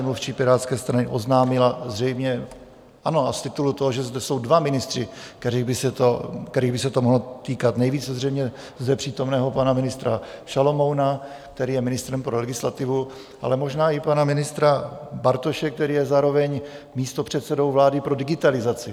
Mluvčí Pirátské strany oznámila zřejmě ano a z titulu toho, že zde jsou dva ministři, kterých by se to mohlo týkat, nejvíce zřejmě zde přítomného pana ministra Šalomouna, který je ministrem pro legislativu, ale možná i pana ministra Bartoše, který je zároveň místopředsedou vlády pro digitalizaci.